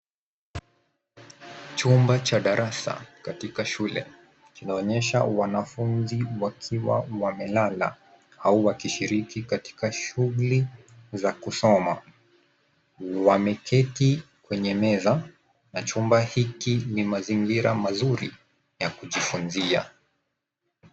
Chumba cha darasa katika shule, kinaonyesha wanafunzi wakiwa wamelala au wakishiriki katika shughuli za kusoma. Wameketi kwenye meza ,na chumba hiki ni mazingira mazuri, ya kujifunzia.